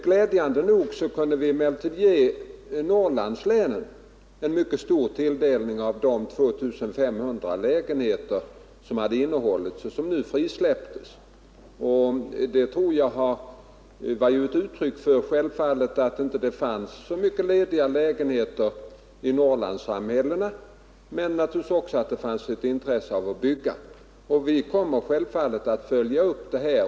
Glädjande nog kunde vi emellertid ge Norrlandslänen en mycket stor del av de 2 500 lägenheter som hade innehållits och som nu frisläpptes. Det berodde självfallet på att det inte fanns så mycket lediga lägenheter i Norrlandssamhällena men var naturligtvis också ett uttryck för att det där fanns ett intresse av att bygga. Vi kommer självfallet att följa upp detta.